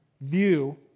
view